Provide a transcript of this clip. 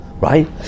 right